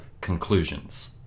conclusions